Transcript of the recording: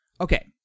Okay